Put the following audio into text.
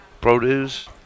produce